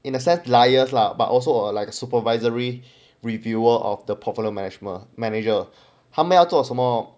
in a sense liars lah but also like a supervisory reviewer of the portfolio management manager 他们要做什么